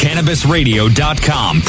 CannabisRadio.com